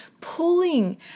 pulling